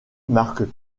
marque